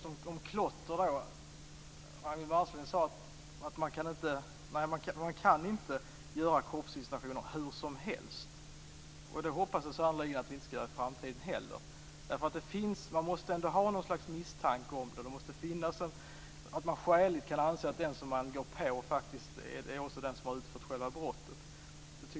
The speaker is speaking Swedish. Fru talman! Ragnwi Marcelind sade när det gäller klotter att man inte kan göra kroppsvisitationer hur som helst, och det hoppas jag sannerligen att vi inte heller i framtiden skall göra. Man måste skäligen kunna anse att den som man ingriper mot också är den som har utfört brottet.